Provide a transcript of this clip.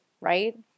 right